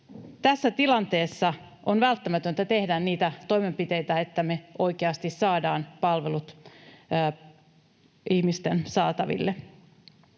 Tässä tilanteessa on välttämätöntä tehdä niitä toimenpiteitä, että me oikeasti saadaan palvelut ihmisten saataville.